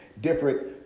different